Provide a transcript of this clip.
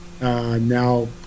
now